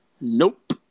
Nope